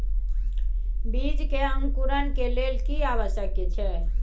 बीज के अंकुरण के लेल की आवश्यक छै?